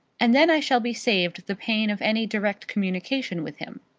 and then i shall be saved the pain of any direct communication with him.